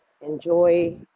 enjoy